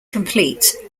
complete